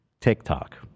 TikTok